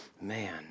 Man